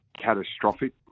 catastrophic